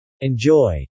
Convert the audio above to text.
Enjoy